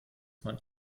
man